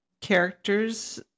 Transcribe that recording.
characters